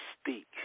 speak